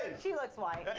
she looks white!